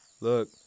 Look